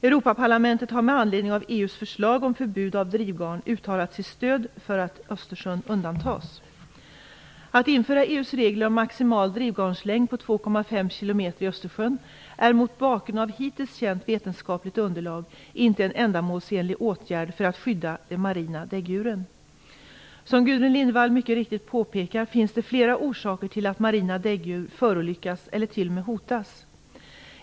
Europaparlamentet har med anledning av EU:s förslag om förbud av drivgarn uttalat sitt stöd för att Att införa EU:s regler om maximal drivgarnslängd på 2,5 km i Östersjön är mot bakgrund av hittills känt vetenskapligt underlag inte en ändamålsenlig åtgärd för att skydda de marina däggdjuren. Som Gudrun Lindvall mycket riktigt påpekar finns det flera orsaker till att marina däggdjur förolyckas eller t.o.m. hotas.